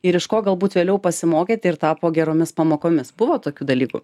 ir iš ko galbūt vėliau pasimokėt ir tapo geromis pamokomis buvo tokių dalykų